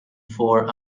for